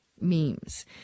memes